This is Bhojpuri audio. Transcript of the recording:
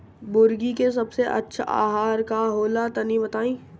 मुर्गी के सबसे अच्छा आहार का होला तनी बताई?